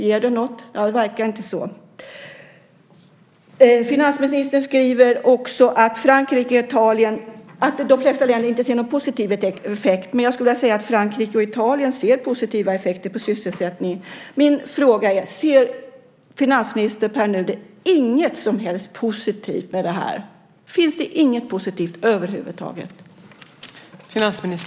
Ger det något? Nej, det verkar inte så. Finansministern skriver också att de flesta länder inte ser någon positiv effekt. Men jag skulle vilja säga att Frankrike och Italien ser positiva effekter på sysselsättningen. Min fråga är: Ser finansminister Pär Nuder inget positivt med det här över huvud taget?